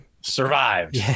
survived